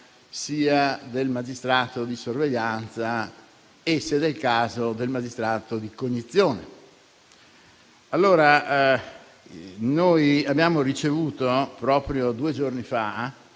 sia del magistrato di sorveglianza e, se del caso, del magistrato di cognizione. Noi abbiamo ricevuto proprio due giorni fa